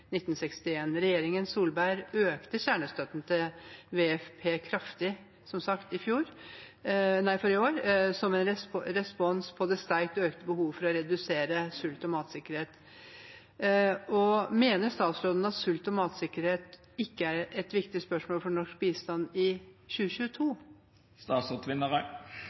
Regjeringen Solberg økte som sagt kjernestøtten til WFP for i år kraftig, som en respons på det sterkt økte behovet for å redusere sult og øke matsikkerhet. Mener statsråden at sult og matsikkerhet ikke er et viktig spørsmål for norsk bistand i 2022?